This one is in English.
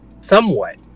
somewhat